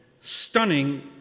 stunning